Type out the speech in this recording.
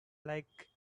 like